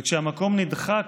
וכשהמקום נדחק,